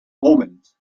omens